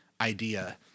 idea